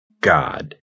God